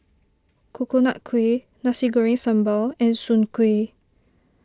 Coconut Kuih Nasi Goreng Sambal and Soon Kway